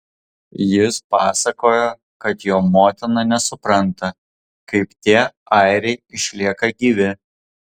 jis pasakojo kad jo motina nesupranta kaip tie airiai išlieka gyvi